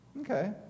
Okay